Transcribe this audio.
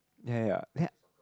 ya ya ya